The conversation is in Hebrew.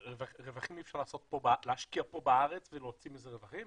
ואי אפשר להשקיע פה בארץ ולהוציא מזה רווחים?